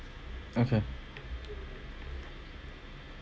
okay